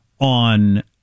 on